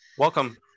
Welcome